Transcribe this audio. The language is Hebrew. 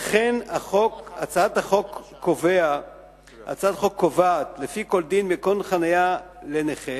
לכן הצעת החוק קובעת: לפי כל דין מקום חנייה לנכה,